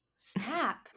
snap